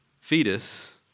fetus